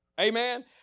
Amen